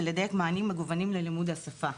היא לדייק מענים מגוונים ללימודי השפה,